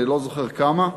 ואני לא זוכר כמה,